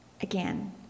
again